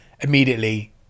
Immediately